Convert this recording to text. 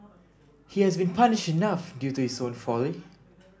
he has been punished enough due to his own folly